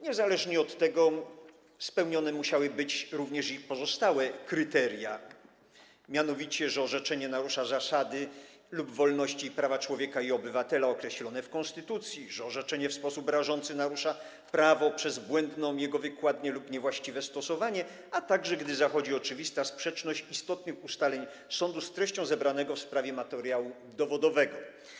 Niezależnie od tego musiały być również spełnione pozostałe kryteria, mianowicie, że orzeczenie narusza zasady lub wolności i prawa człowieka i obywatela określone w konstytucji, że orzeczenie w sposób rażący narusza prawo przez błędną jego wykładnię lub niewłaściwe stosowanie, a także gdy zachodzi oczywista sprzeczność istotnych ustaleń sądu z treścią zebranego w sprawie materiału dowodowego.